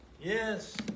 Yes